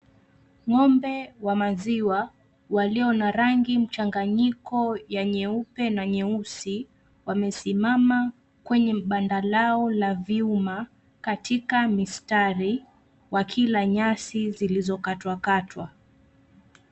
Ng'ombe wa maziwa, walio na rangi mchanganyiko ya nyeupe na nyeusi, wamesimama kwenye banda lao la vyuma katika mistari, wakila nyasi zilizokatwakatwa.